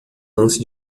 lance